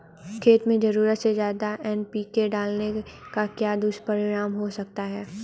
खेत में ज़रूरत से ज्यादा एन.पी.के डालने का क्या दुष्परिणाम हो सकता है?